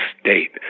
state